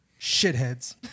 Shitheads